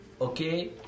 Okay